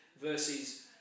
versus